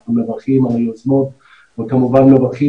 אנחנו מברכים על היוזמות וכמובן מברכים